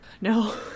No